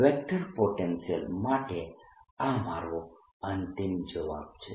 vector potential માટે આ મારો અંતિમ જવાબ છે